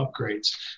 upgrades